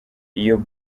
iyo